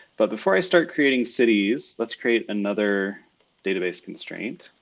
but before i start creating cities, let's create another database constraint.